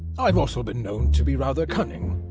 i've also been known to be rather cunning,